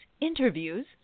interviews